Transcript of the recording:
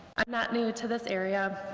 i'm not new to this area,